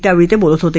त्यावेळी ते बोलत होते